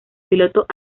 pilotos